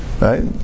right